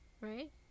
right